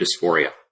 dysphoria